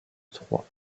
troyes